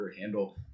handle